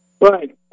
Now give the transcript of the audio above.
right